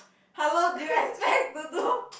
how long do you expect to do